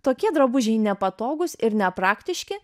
tokie drabužiai nepatogūs ir nepraktiški